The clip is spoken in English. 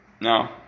No